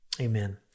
Amen